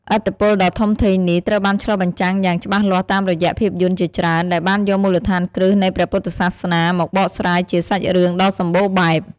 ឥទ្ធិពលដ៏ធំធេងនេះ ត្រូវបានឆ្លុះបញ្ចាំងយ៉ាងច្បាស់លាស់តាមរយៈភាពយន្តជាច្រើន ដែលបានយកមូលដ្ឋានគ្រឹះនៃព្រះពុទ្ធសាសនា មកបកស្រាយជាសាច់រឿងដ៏សម្បូរបែប។